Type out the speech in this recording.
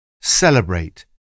Celebrate